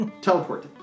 teleport